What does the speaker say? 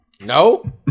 No